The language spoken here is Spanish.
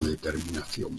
determinación